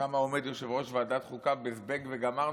שם עומד יושב-ראש ועדת החוקה בזבנג וגמרנו,